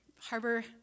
harbor